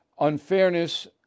unfairness